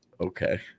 okay